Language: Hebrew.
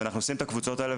אנחנו עושים את הקבוצות האלה,